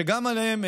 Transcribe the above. שגם אותם,